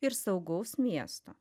ir saugaus miesto